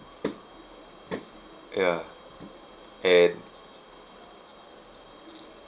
ya and